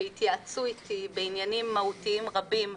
שהתייעצו איתי בעניינים מהותיים רבים,